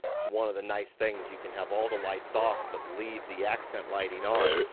it's one of the nice things, you can have all the lights off, but leave the accent lighting on.